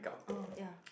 oh ya